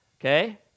okay